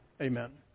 amen